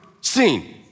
seen